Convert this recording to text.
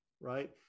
Right